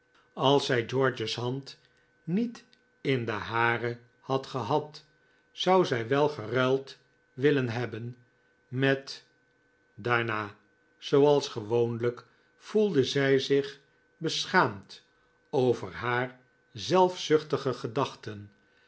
als zij george's hand niet in de hare had gehad zou zij wel geruild willen hebben met daarna zooals gewoonlijk voelde zij zich beschaamd over haar zelfzuchtige gedachten